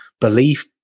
belief